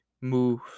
move